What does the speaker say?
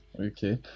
Okay